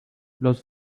los